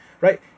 right